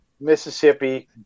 Mississippi